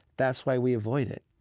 that's why we avoid it.